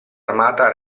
armata